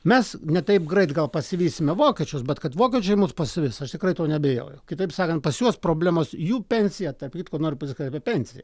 mes ne taip greit gal pasivysime vokiečius bet kad vokiečiai mus pasivis aš tikrai tuo neabejoju kitaip sakant pas juos problemos jų pensija tarp kitko noriu pasikalbėi apie pensiją